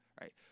right